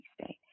state